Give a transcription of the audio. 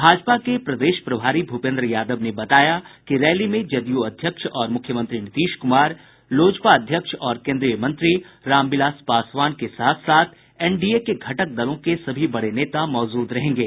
भाजपा के प्रदेश प्रभारी भूपेन्द्र यादव ने बताया कि रैली में जदयू अध्यक्ष और मुख्यमंत्री नीतीश कुमार लोजपा अध्यक्ष और केन्द्रीय मंत्री राम विलास पासवान के साथ साथ एनडीए के घटक दलों के सभी बड़े नेता मौजूद रहेंगे